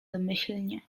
domyślnie